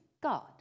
God